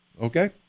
Okay